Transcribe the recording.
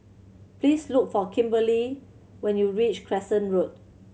please look for Kimberley when you reach Crescent Road